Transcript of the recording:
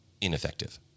ineffective